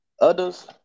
Others